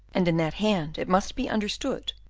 and in that hand, it must be understood,